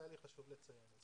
היה לי חשוב לציין את זה.